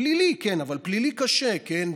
פלילי לא, אבל פלילי קשה, כן?